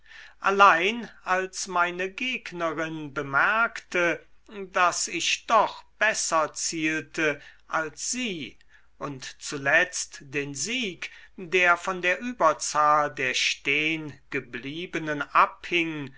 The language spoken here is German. allein als meine gegnerin bemerkte daß ich doch besser zielte als sie und zuletzt den sieg der von der überzahl der stehngebliebenen abhing